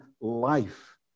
life